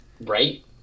right